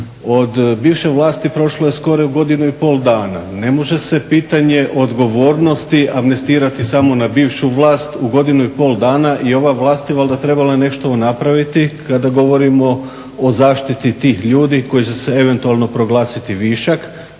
Od bivše vlasti prošlo je skoro godinu i pol dana. Ne može se pitanje odgovornosti amnestirati samo na bivšu vlast u godinu i pol dana i ova vlast je valjda trebala nešto napraviti kada govorimo o zaštiti tih ljudi koji su se eventualno proglasiti višak,